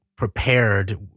Prepared